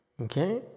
Okay